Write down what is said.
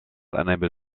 unable